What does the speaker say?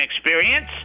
Experience